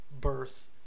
birth